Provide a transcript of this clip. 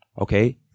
Okay